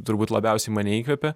turbūt labiausiai mane įkvepė